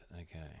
Okay